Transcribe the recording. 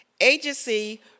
Agency